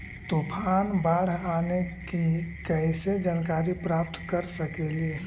तूफान, बाढ़ आने की कैसे जानकारी प्राप्त कर सकेली?